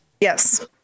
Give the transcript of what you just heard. Yes